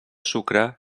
sucre